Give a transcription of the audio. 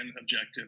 objective